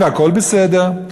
והכול בסדר.